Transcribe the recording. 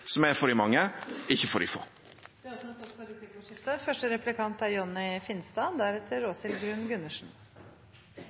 som er for de mange, ikke for de få. Det blir replikkordskifte.